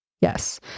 yes